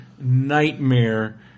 nightmare